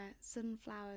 sunflowers